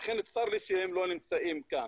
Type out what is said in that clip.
לכן צר לי שהם לא נמצאים כאן.